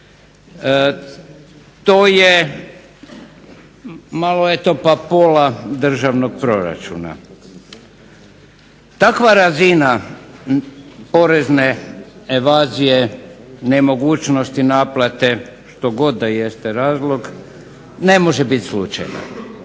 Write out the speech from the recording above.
To je, malo je to pa pola državnog proračuna. Takva razina porezne evazije nemogućnosti naplate što god da jeste razlog ne može biti slučajno.